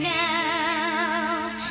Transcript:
now